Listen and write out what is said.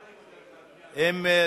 גם אני מודה לך, אדוני היושב-ראש.